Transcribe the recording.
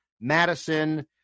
Madison